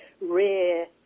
rare